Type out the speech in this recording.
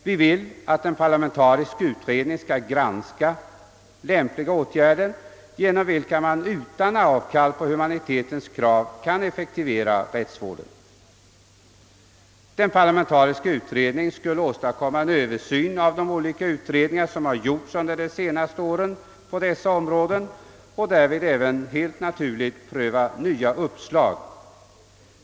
Vi vill att en parlamentarisk utredning skall granska lämpliga åtgärder genom vilka man utan avkall på humanitetens krav kan effektivisera rättsvården. Den parlamentariska utredningen skulle åstadkomma en översyn av de olika utredningar som gjorts under de senaste åren på dessa områden och därvid även pröva nya uppslag.